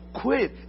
quit